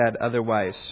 otherwise